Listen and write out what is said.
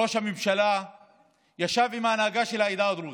ראש הממשלה ישב עם ההנהגה של העדה הדרוזית,